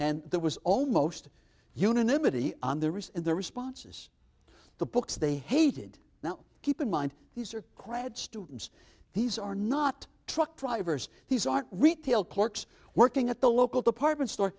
and there was almost unanimity on the wrist and the responses the books they hated now keep in mind these are grad students these are not truck drivers these are retail clerks working at the local department store